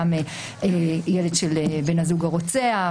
גם ילד של בן הזוג הרוצח,